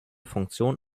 funktion